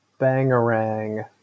Bangarang